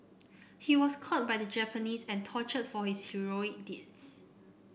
he was caught by the Japanese and tortured for his heroic deeds